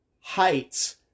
heights